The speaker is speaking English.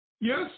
Yes